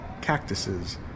cactuses